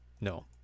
No